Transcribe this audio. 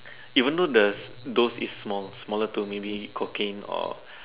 even though the those is small~ smaller to me be it cocaine or